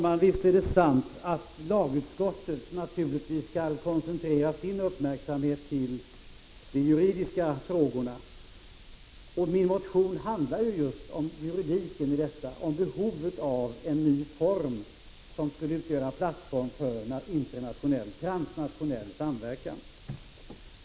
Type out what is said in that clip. Herr talman! Naturligtvis skall lagutskottet koncentrera sig på de juridiska frågorna — det är sant. Vad jag avser med min motion är just att ta fasta på juridiken i detta sammanhang. Det gäller behovet av en ny samarbetsform som skulle kunna utgöra grundvalen för en transnationell samverkan.